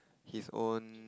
his own